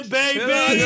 baby